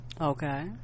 Okay